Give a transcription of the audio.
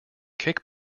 kick